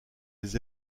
des